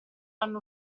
hanno